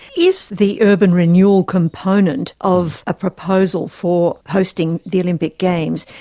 is the urban renewal component of a proposal for hosting the olympic games,